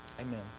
Amen